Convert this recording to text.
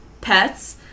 pets